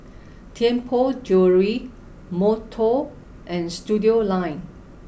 Tianpo Jewellery Monto and Studioline